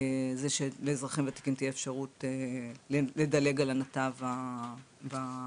שלאזרחים ותיקים תהיה אפשרות לדלג על הנתב במוקדים